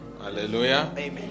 Hallelujah